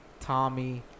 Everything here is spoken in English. Tommy